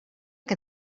que